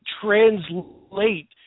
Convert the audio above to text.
translate